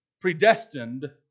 predestined